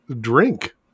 drink